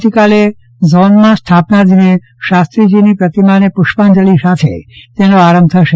આવતી કાલે ઝોનના સ્થાપના દિને શાસ્ત્રીજીની પ્રતિમાને પુષ્પાંજલિ સાથે સાથે તેનો પ્રારંભ થશે